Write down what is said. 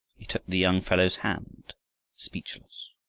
he took the young fellow's hand speechless.